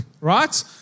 right